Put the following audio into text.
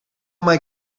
mijn